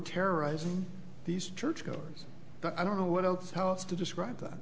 terrorizing these churchgoers but i don't know what else how else to describe